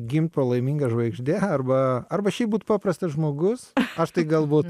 gimt po laiminga žvaigžde arba arba šiaip būt paprastas žmogus aš tai galbūt